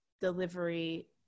delivery